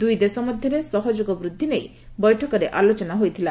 ଦୁଇ ଦେଶ ମଧ୍ୟରେ ସହଯୋଗ ବୃଦ୍ଧି ନେଇ ବୈଠକରେ ଆଲୋଚନା ହୋଇଥିଲା